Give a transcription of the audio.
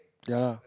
ya lah